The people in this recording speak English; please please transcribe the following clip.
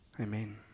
Amen